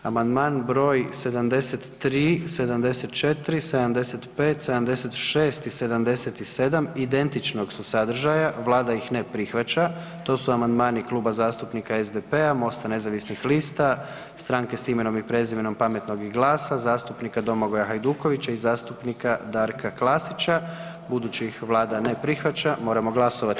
Amandman br. 73., 74., 75., 76. i 77. identičnog su sadržaja, vlada ih ne prihvaća, to su amandmani Kluba zastupnika SDP-a, MOST-a nezavisnih lista, Stranke s imenom i prezimenom, Pametnog i GLAS-a, zastupnika Domagoja Hajdukovića i zastupnika Darka Klasića, budući ih vlada ne prihvaća, moramo glasovati.